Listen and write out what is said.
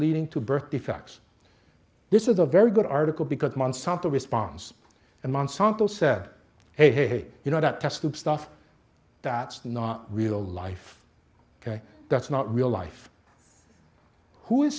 leading to birth defects this is a very good article because monsanto responds and monsanto said hey you know that test tube stuff that is not real life ok that's not real life who is